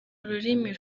ururimi